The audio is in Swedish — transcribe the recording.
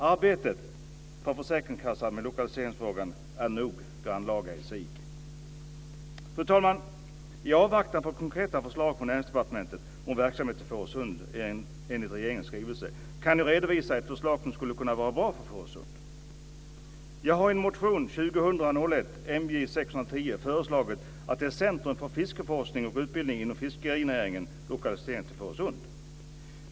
Arbetet med lokaliseringsfrågan är nog grannlaga i sig för försäkringskassan. Fru talman! I avvaktan på konkreta förslag från Näringsdepartementet om verksamheter till Fårösund enligt regeringens skrivelse, kan jag redovisa ett förslag som skulle kunna vara bra för Fårösund. Jag har i motion 2000/01:MJ610 föreslagit att ett centrum för fiskeforskning och utbildning inom fiskerinäringen lokaliseras till Fårösund.